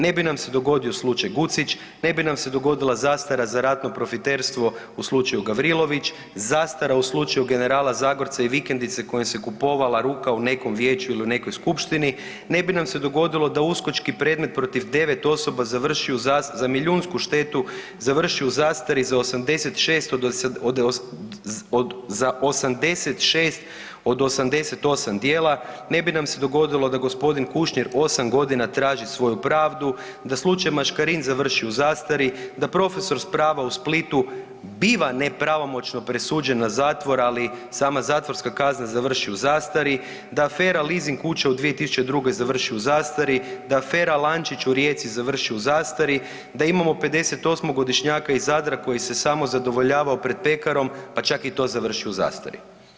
Ne bi nam se dogodio slučaj Gucić, ne bi nam se dogodila zastara za ratno profiterstvo u slučaju Gavrilović, zastara u slučaju generala Zagorca i vikendice kojom se kupovala ruka u nekom vijeću ili u nekoj skupštini, ne bi nam se dogodilo da uskočki predmet protiv 9 osoba završi u, za milijunsku štetu, završi u zastari za 86 od 88 djela, ne bi nam se dogodilo da gospodin Kušnjer 8 godina traži svoju pravdu, da slučaj Maškarin završi u zastari, da profesor s prava u Splitu biva nepravomoćno presuđen na zatvor ali sama zatvorska kazna završi u zastari, da afera lizing kuće u 2002. završi u zastari, da afera lančić u Rijeci završi u zastari, da imamo 58-godišnjaka iz Zadra koji se samozadovoljavao pred pekarom pa čak i to završi u zastari.